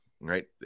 right